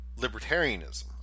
libertarianism